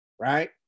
right